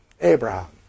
Abraham